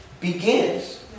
begins